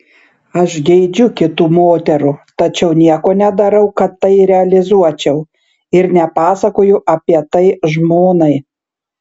aš geidžiu kitų moterų tačiau nieko nedarau kad tai realizuočiau ir nepasakoju apie tai žmonai